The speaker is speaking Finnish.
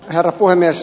herra puhemies